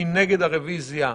מי נגד הרביזיה?